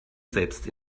selbst